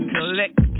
Collect